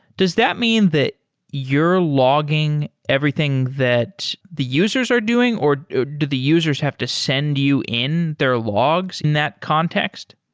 does that mean they you're logging everything that the users are doing, or do the users have to send you in their logs in that context?